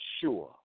sure